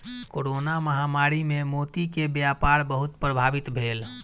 corona महामारी मे मोती के व्यापार बहुत प्रभावित भेल